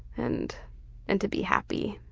and and to be happy.